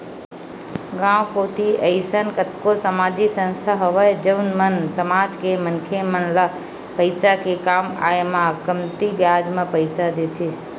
गाँव कोती अइसन कतको समाजिक संस्था हवय जउन मन समाज के मनखे मन ल पइसा के काम आय म कमती बियाज म पइसा देथे